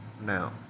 now